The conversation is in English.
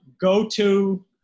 go-to